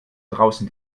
draußen